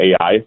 AI